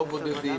לא בודדים.